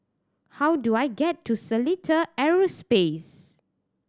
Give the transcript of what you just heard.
how do I get to Seletar Aerospace